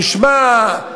תשמע,